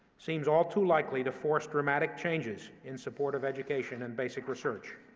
seems all too likely to force dramatic changes in support of education and basic research.